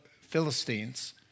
Philistines